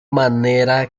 manera